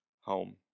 home